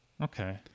okay